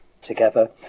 together